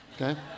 okay